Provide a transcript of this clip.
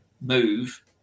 move